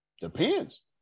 Depends